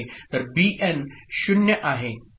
तर बीएन 0 आहे तर 1 आणि 0 आहे